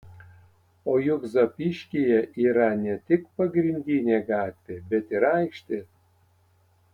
o juk zapyškyje yra ne tik pagrindinė gatvė bet ir aikštė